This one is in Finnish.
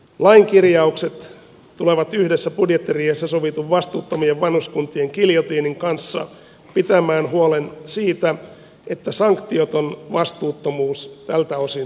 lain kirjaukset tulevat yhdessä budjettiriihessä sovitun vastuuttomien vanhuskuntien giljotiinin kanssa pitämään huolen siitä että sanktioton vastuuttomuus tältä osin tulee päättymään